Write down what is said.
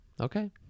Okay